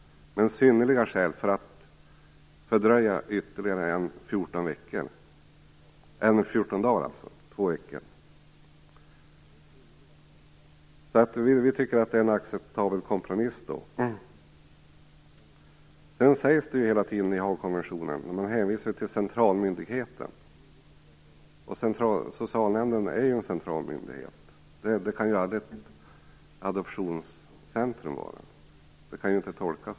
Vi tycker att detta är en acceptabel kompromiss. I Haagkonventionen hänvisar man till centralmyndigheten, och socialnämnden är en centralmyndighet. Det kan aldrig ett adoptionscentrum vara. Så kan det inte tolkas.